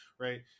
right